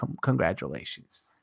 Congratulations